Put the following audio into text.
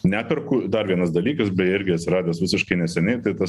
neperku dar vienas dalykas beje irgi atsiradęs visiškai neseniai tai tas